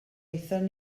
aethon